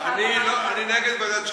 אני נגד ועדת שקיפות.